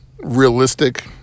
realistic